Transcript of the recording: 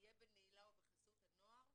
יהיה בנעילה או בחסות הנוער,